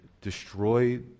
destroy